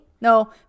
No